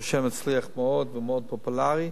ברוך השם, מצליח מאוד ומאוד פופולרי,